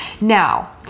Now